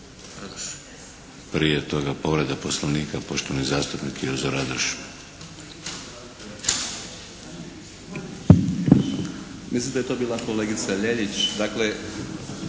Prije toga, povreda Poslovnika poštovani zastupnik Jozo Radoš.